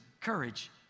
courage